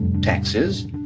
taxes